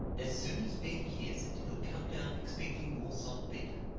as soon as ben hears it he'll come down expecting more salt beef.